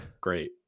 Great